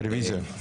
רוויזיה.